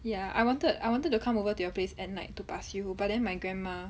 ya I wanted I wanted to come over to your place at night to pass you but then my grandma